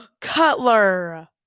Cutler